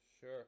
Sure